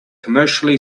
commercially